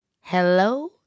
Hello